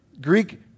Greek